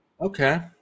okay